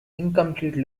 incomplete